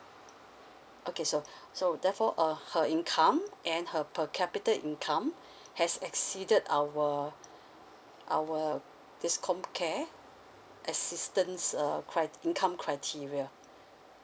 okay so so therefore uh her income and her per capita income has exceeded our our this comcare assistance uh crit~ income criteria